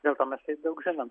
dėl to mes taip daug žinom